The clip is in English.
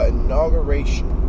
inauguration